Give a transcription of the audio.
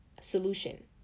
solution